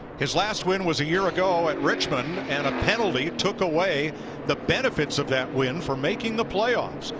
his last win was a year ago at richmond, and a penalty took away the benefits of that win for making the playoffs,